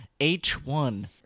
H1